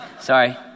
Sorry